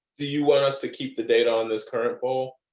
us to keep the data on this current poll?